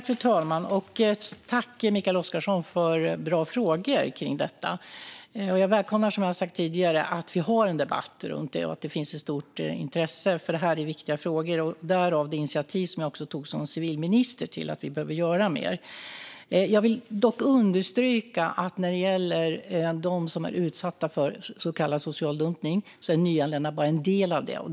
Fru talman! Jag tackar Mikael Oscarsson för bra frågor kring detta. Jag välkomnar också, som jag sagt tidigare, att vi har en debatt runt detta och att det finns ett stort intresse för det, för det är viktiga frågor - därav det initiativ jag tog som civilminister till att göra mer. Jag vill dock understryka att när det gäller dem som är utsatta för så kallad social dumpning är nyanlända bara en del av dessa.